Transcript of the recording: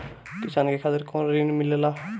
किसान के खातिर कौन ऋण मिली?